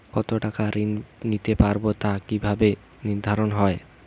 কতো টাকা ঋণ নিতে পারবো তা কি ভাবে নির্ধারণ হয়?